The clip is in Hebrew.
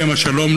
עליהם השלום,